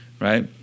right